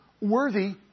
worthy